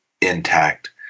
intact